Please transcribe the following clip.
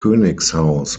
königshaus